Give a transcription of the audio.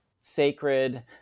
sacred